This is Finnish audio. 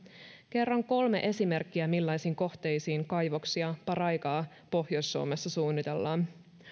kerron kolme esimerkkiä millaisiin kohteisiin kaivoksia paraikaa pohjois suomessa suunnitellaan